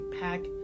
pack